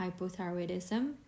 hypothyroidism